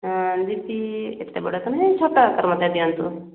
ହଁ ଦିଦି ଏତେ ବଡ଼ ତ ନୁହେଁ ଛୋଟ ଆକାରରେ ମୋତେ ଦିଅନ୍ତୁ